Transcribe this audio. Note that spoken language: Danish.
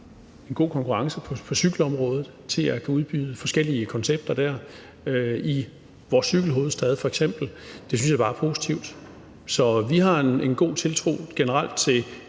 en god konkurrence på cykelområdet til at kunne udbyde forskellige koncepter dér, f.eks. i vores cykelhovedstad, synes jeg da bare er positivt. Så vi har en god tiltro generelt til